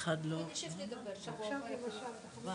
אנחנו נמצאים בנקודת שבר במובן של ההתייחסות פה גם